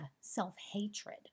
self-hatred